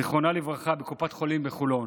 זיכרונה לברכה, בקופת חולים בחולון.